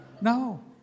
No